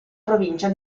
provincia